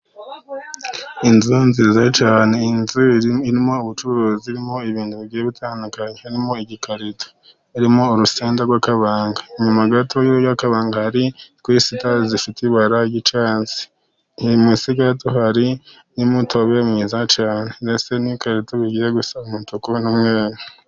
Inzu nziza cyane, inzu irimo ubucuruzi, ibintu bigiye bitandukanye, harimo igikarito kirimo urusenda rw'akabanga inyuma gato y'akabanga hari twisita zifite ibara ryicasi, musi gato hari n'mutobe mwiza cyane ndetse n'ikarito igiye gusa nk'umuntu n'umweru.